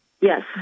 Yes